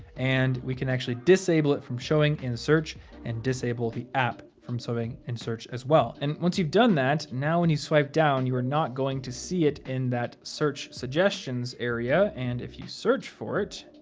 and we can actually disable it from showing in search and disable the app from showing in search as well. and once you've done that, now when you swipe down, you are not going to see it in that search suggestions area. and if you search for it,